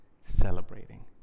celebrating